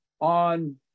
on